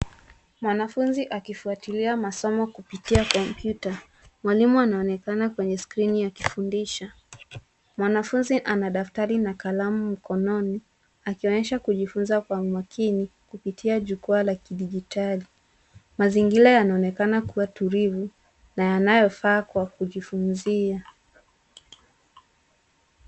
Mwanafunzi akifuatilia masomo kupitia kompyuta mwalimu anaonekana kwenye skrini akifundisha ,mwanafunzi ana daftari na kalamu mkononi akionyesha kujifunza kwa makini kupitia jukwaa la kidijitali ,mazingira yanaonekana kuwa tulivu na yanayofaa kwa kujifunzia.